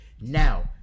Now